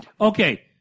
Okay